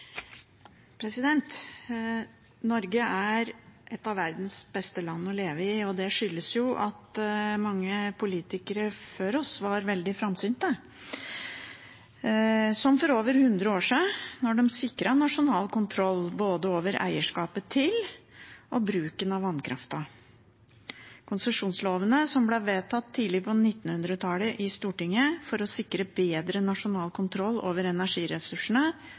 Norge er et av verdens beste land å leve i. Det skyldes at mange politikere før oss var veldig framsynte, som for over 100 år siden, da de sikret nasjonal kontroll over både eierskapet til og bruken av vannkraften. Konsesjonslovene, som ble vedtatt tidlig på 1900-tallet i Stortinget for å sikre bedre nasjonal kontroll over energiressursene,